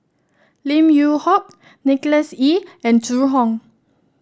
Lim Yew Hock Nicholas Ee and Zhu Hong